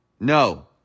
No